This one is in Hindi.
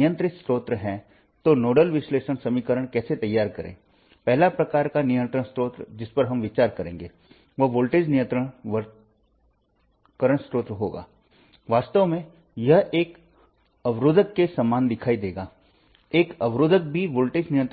यहां नोडल विश्लेषण का सारांश दिया गया है और यह विभिन्न परिस्थितियों में